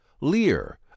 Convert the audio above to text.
Lear